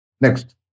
Next